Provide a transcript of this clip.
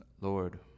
Lord